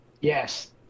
Yes